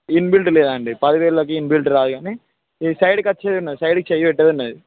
inbuilt లేదండి పదివేలకి inbuilt రాదు కానీ ఈ సైడ్కి వచ్చేది ఉన్నది సైడ్కి చేయి పెట్టేది ఉన్నది